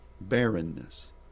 barrenness